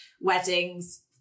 weddings